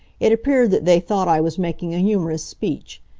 it appeared that they thought i was making a humorous speech.